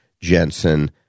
Jensen